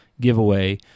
giveaway